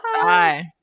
Bye